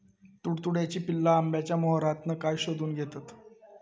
तुडतुड्याची पिल्ला आंब्याच्या मोहरातना काय शोशून घेतत?